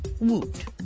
Woot